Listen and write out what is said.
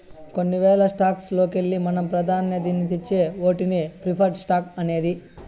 కొన్ని వేల స్టాక్స్ లోకెల్లి మనం పాదాన్యతిచ్చే ఓటినే ప్రిఫర్డ్ స్టాక్స్ అనేది